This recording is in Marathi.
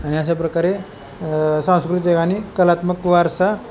आणि अशा प्रकारे सांस्कृतीक आणि कलात्मक वारसा